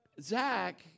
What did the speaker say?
Zach